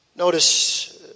Notice